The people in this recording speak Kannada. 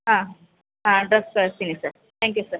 ಹಾಂ ಹಾಂ ಅಡ್ರಸ್ ಕಳಿಸ್ತೀನಿ ಸರ್ ಥ್ಯಾಂಕ್ ಯೂ ಸರ್